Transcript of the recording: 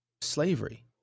slavery